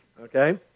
Okay